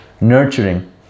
nurturing